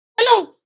Hello